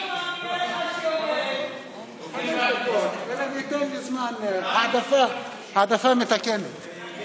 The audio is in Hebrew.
בזמן העדפה מתקנת.